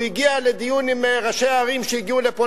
הוא הגיע לדיון עם ראשי הערים שהגיעו לפה,